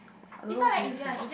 I don't know how do you say